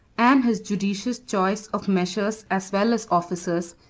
and his judicious choice of measures as well as officers,